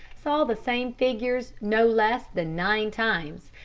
saw the same figures no less than nine times,